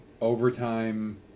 overtime